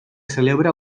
celebra